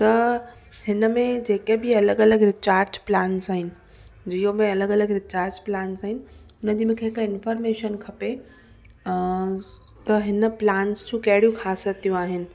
त हिनमें जेके बि अलॻि अलॻि रिचार्ज प्लांस आहिनि जीओ में अलॻि अलॻि रिचार्ज प्लांस आहिनि उनजी मूंखे इंफ़ोर्मेशन खपे त हिन प्लांस जूं कहिड़ियूं ख़ासियतूं आहिनि